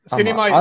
Cinema